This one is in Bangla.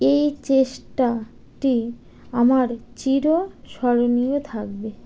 এই চেষ্টাটি আমার চিরস্মরণীয় থাকবে